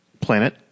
planet